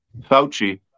Fauci